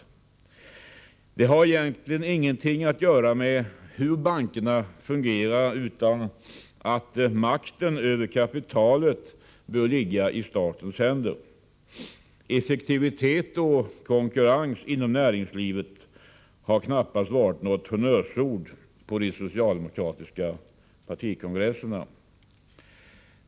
Det har egentligen ingenting att göra med hur bankerna fungerar utan det handlar om att makten över kapitalet bör ligga i statens händer. Effektivitet och konkurrens inom näringslivet har knappast varit några honnörsord på de socialdemokratiska partikongresserna.